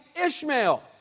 Ishmael